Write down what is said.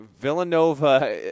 Villanova